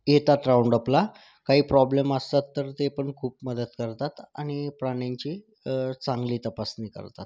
येतात राऊंडपला काही प्रॉब्लेम असला तर तेपण खूप मदत करतात आणि प्राण्यांची चांगली तपासणी करतात